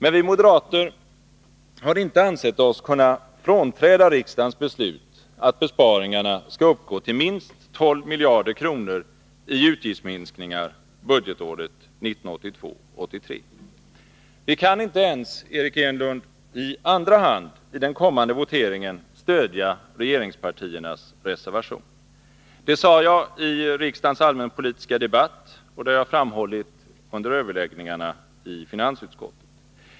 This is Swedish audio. Men vi moderater har inte ansett oss kunna frånträda riksdagens beslut att besparingarna skall uppgå till minst 12 miljarder kronor i utgiftsminskningar budgetåret 1982/83. Vi kan, Eric Enlund, inte ens i andra hand i den kommande voteringen stödja regeringspartiernas reservation. Det sade jag i riksdagens allmänpolitiska debatt, och det har jag framhållit under överläggningarna i finansutskottet.